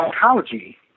psychology